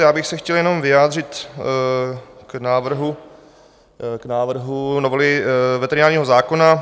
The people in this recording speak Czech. Já bych se chtěl jenom vyjádřit k návrhu novely veterinárního zákona.